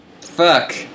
Fuck